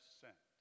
sent